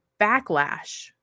backlash